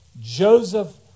Joseph